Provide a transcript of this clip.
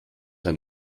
ein